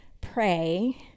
pray